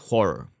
Horror